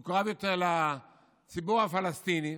הוא מקורב לציבור הפלסטיני,